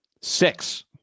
Six